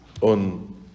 on